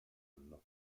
anno